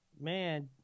man